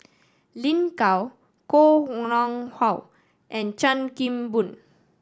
Lin Gao Koh Nguang How and Chan Kim Boon